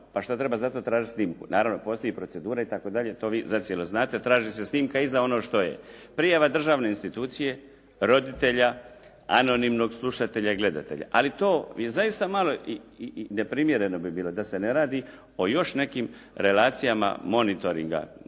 pa šta treba za to tražiti snimku. Naravno, postoji procedura itd. to vi zacijelo znate. Traži se snimka i za ono što je prijava državne institucije, roditelja, anonimnog slušatelja, gledatelja ali to je zaista malo i neprimjereno bi bilo da se ne radi o još nekim relacijama monitoringa,